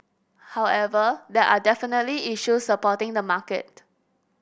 however there are definitely issues supporting the market